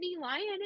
lion